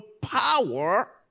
power